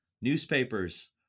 newspapers